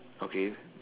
okay